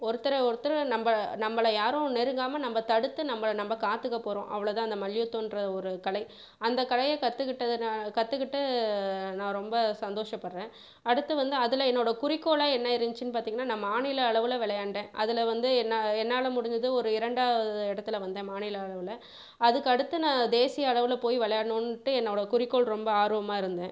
ஒருத்தரை ஒருத்தர் நம்ம நம்மள யாரும் நெருங்காமல் நம்ம தடுத்து நம்மள நம்ம காத்துக்கப் போகிறோம் அவ்வளோதான் அந்த மல்யுத்தகிற ஒரு கலை அந்த கலையை கற்றுக்கிட்டதனா கற்றுக்கிட்டு நான் ரொம்ப சந்தோஷப்படுகிறேன் அடுத்து வந்து அதில் என்னோட குறிக்கோளாக என்ன இருந்துச்சு பார்த்தீங்கனா நான் மாநில அளவில் விளையாண்டேன் அதில் வந்து என்ன என்னால் முடிஞ்சுது ஒரு இரண்டாவது இடத்துல வந்தேன் மாநில அளவில் அதுக்கடுத்து நான் தேசிய அளவில் போய் விளையாட்ணுட்டு என்னோட குறிக்கோள் ரொம்ப ஆர்வமாக இருந்தேன்